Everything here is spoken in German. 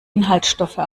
inhaltsstoffe